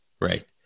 Right